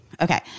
Okay